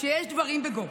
שיש דברים בגו,